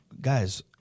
Guys